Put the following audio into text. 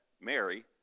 Mary